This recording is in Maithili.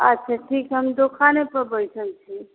अच्छा ठीक हम दोकानेपर बैठल छी